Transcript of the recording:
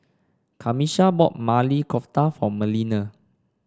Camisha bought Maili Kofta for Melina